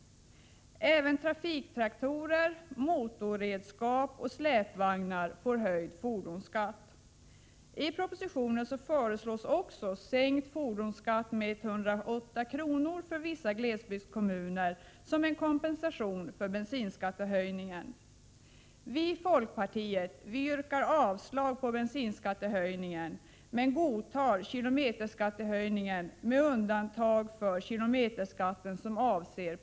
Även trafiktraktorer, motorredskap och släpvagnar får höjd fordonsskatt. Vidare föreslås i propositionen en sänkning av fordonsskatten med 108 kr. för vissa glesbygdskommuner som en kompensation för bensinskattehöjningen.